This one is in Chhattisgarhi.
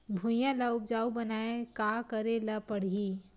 भुइयां ल उपजाऊ बनाये का करे ल पड़ही?